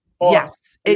Yes